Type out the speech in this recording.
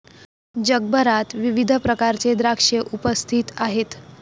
जगभरात विविध प्रकारचे द्राक्षे उपस्थित आहेत